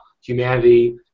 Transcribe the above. humanity